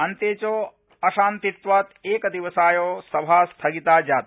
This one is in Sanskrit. अन्ते च अशान्तित्वात् एकदिवसाय सभा स्थागिता जाता